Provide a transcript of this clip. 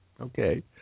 okay